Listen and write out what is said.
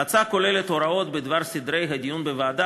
ההצעה כוללת הוראות בדבר סדרי הדיון בוועדה,